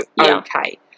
okay